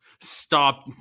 stop